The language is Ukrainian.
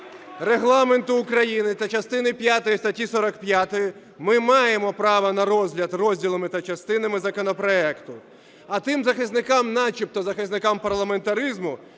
Регламенту України та частини п'ятої статті 45 ми маємо право на розгляд розділами та частинами законопроекту. А тим захисникам, начебто захисникам парламентаризму,